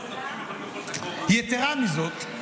יתרה מזאת,